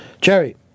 Jerry